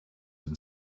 and